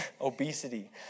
obesity